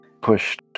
pushed